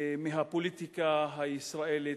מהפוליטיקה הישראלית,